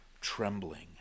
trembling